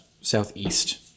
southeast